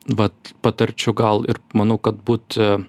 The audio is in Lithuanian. vat patarčiau gal ir manau kad būt